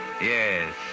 Yes